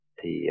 thì